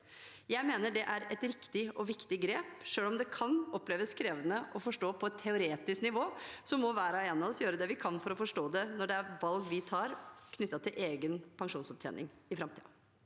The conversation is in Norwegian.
Jeg mener det er et riktig og viktig grep. Selv om det kan oppleves krevende å forstå på et teoretisk nivå, må hver og en av oss gjøre det vi kan for å forstå det når det er valg vi tar knyttet til egen pensjonsopptjening i framtiden.